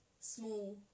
small